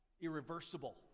irreversible